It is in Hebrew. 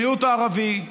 מיעוט ערבי,